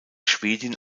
schwedin